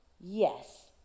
yes